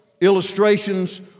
illustrations